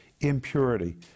impurity